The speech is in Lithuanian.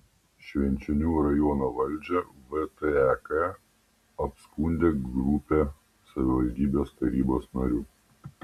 švenčionių rajono valdžią vtek apskundė grupė savivaldybės tarybos narių